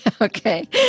okay